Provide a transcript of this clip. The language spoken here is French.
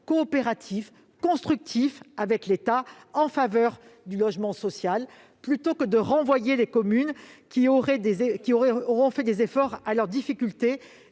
coopératif et constructif avec l'État en faveur du logement social plutôt que de renvoyer les communes qui auront fait des efforts à leurs difficultés